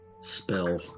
spell